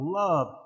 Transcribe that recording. love